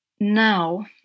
now